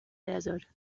desert